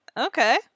Okay